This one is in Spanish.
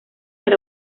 del